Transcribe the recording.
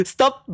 Stop